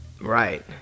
Right